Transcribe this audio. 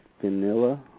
Vanilla